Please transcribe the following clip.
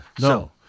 no